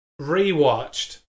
rewatched